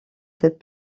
cette